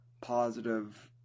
positive